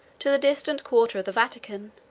to the distant quarter of the vatican,